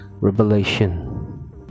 Revelation